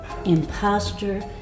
Imposter